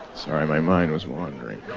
sorry my mind was wandering.